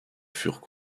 furent